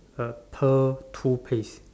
a pearl toothpaste